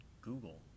google